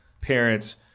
parents